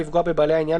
תביעות